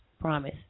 promise